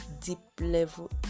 deep-level